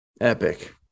Epic